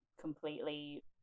completely